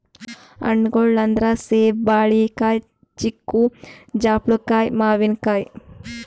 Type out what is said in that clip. ಹಣ್ಣ್ಗೊಳ್ ಅಂದ್ರ ಸೇಬ್, ಬಾಳಿಕಾಯಿ, ಚಿಕ್ಕು, ಜಾಪಳ್ಕಾಯಿ, ಮಾವಿನಕಾಯಿ